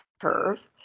curve